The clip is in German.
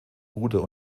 bruder